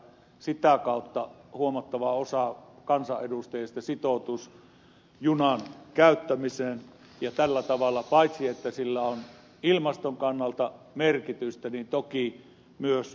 sitä kautta huomattava osa kansanedustajista sitoutuisi junan käyttämiseen ja tällä tavalla sillä on paitsi ilmaston kannalta merkitystä toki myös valtion taloudelle